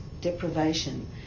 deprivation